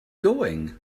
going